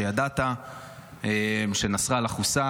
כשידעת שנסראללה חוסל.